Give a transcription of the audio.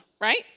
Right